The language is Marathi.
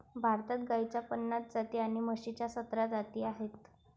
भारतात गाईच्या पन्नास जाती आणि म्हशीच्या सतरा जाती आहेत